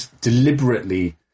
deliberately